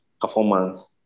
performance